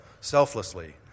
selflessly